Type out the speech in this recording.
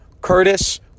Curtis